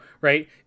right